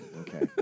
Okay